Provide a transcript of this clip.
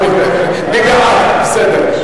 ואני מצביע על שלושתן ידנית,